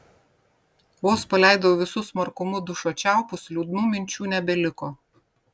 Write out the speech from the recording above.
vos paleidau visu smarkumu dušo čiaupus liūdnų minčių nebeliko